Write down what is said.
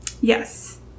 Yes